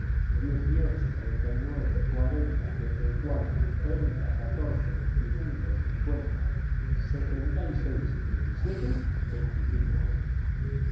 dieciocho treinta y nueve cuarenta treinta y cuatro treinta catorce veinticinco cincuenta setenta y seis diecisiete veinticinco años